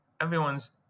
everyone's